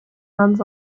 runs